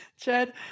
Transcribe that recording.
Chad